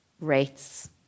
rates